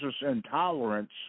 intolerance